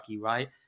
Right